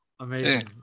Amazing